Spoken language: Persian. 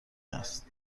است